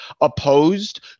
opposed